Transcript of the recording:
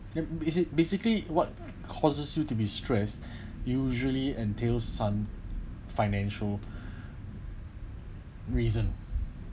it is it basically what causes you to be stress usually entail some financial reason